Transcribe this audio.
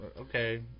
Okay